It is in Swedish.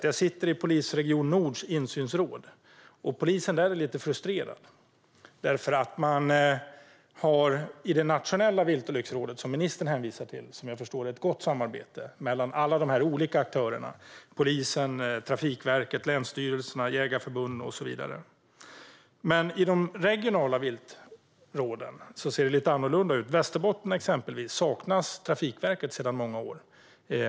Jag sitter i Polisregion nords insynsråd. Polisen där är lite frustrerad. I Nationella Viltolycksrådet, som ministern hänvisar till, är det, som jag förstår, ett gott samarbete mellan alla de olika aktörerna - polisen, Trafikverket, länsstyrelserna, jägarförbund och så vidare. Men i de regionala viltråden ser det lite annorlunda ut. I exempelvis Västerbotten saknas Trafikverket sedan många år.